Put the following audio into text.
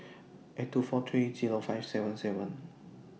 eight two four three Zero five seven seven